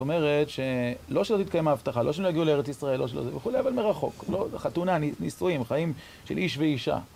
זאת אומרת, לא שלא תתקיים ההבטחה, לא שלא יגיעו לארץ ישראל, לא שלא זה וכולי, אבל מרחוק. חתונה, נישואים, חיים של איש ואישה.